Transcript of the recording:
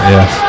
Yes